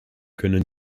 können